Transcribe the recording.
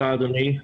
תודה, אדוני.